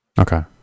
Okay